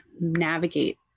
navigate